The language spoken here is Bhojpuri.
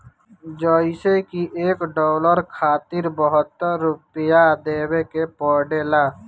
जइसे की एक डालर खातिर बहत्तर रूपया देवे के पड़ेला